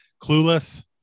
Clueless